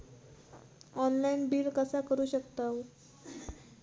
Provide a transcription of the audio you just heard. Online bill कसा करु शकतव?